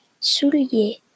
soulier